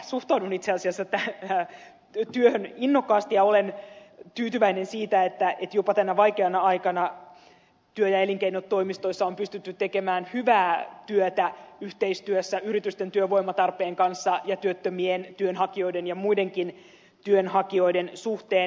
suhtaudun itse asiassa tähän työhön innokkaasti ja olen tyytyväinen siitä että jopa tänä vaikeana aikana työ ja elinkeinotoimistoissa on pystytty tekemään hyvää työtä yhteistyössä yritysten työvoimatarpeen kanssa ja työttömien työnhakijoiden ja muidenkin työnhakijoiden suhteen